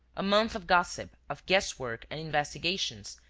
a month of gossip, of guess-work and investigations,